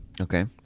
Okay